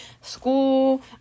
School